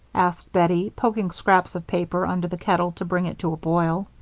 asked bettie, poking scraps of paper under the kettle to bring it to a boil.